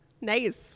Nice